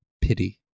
pity